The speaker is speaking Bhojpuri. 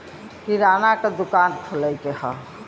किराना के दुकान खोले के हौ